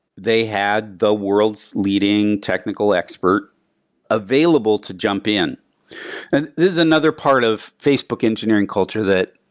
they had the world's leading technical expert available to jump in. this is another part of facebook engineering culture that